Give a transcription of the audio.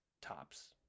tops